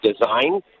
design